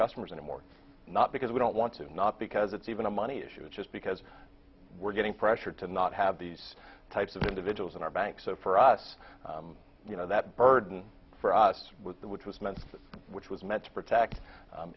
customers anymore not because we don't want to not because it's even a money issue it's just because we're getting pressured to not have these types of individuals in our bank so for us you know that burden for us which was meant which was meant to protect